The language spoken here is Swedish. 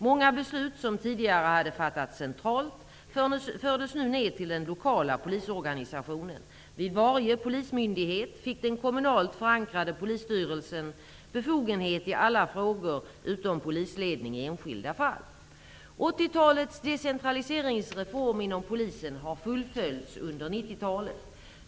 Många beslut som tidigare hade fattats centralt fördes nu ned till den lokala polisorganisationen. Vid varje polismyndighet fick den kommunalt förankrade polisstyrelsen befogenhet i alla frågor utom polisledning i enskilda fall. 1980-talets decentraliseringsreform inom polisen har fullföljts under 1990-talet.